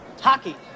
hockey